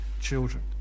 children